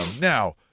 Now